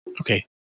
Okay